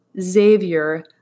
Xavier